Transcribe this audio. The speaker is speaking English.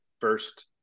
first